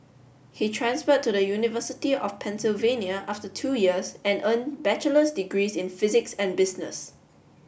he transferred to the University of Pennsylvania after two years and earned bachelor's degrees in physics and business